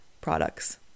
products